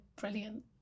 brilliant